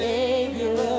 Savior